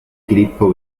filippo